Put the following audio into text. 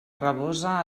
rabosa